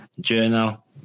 journal